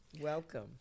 welcome